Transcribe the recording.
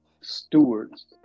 stewards